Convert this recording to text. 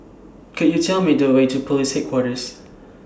Could YOU Tell Me The Way to Police Headquarters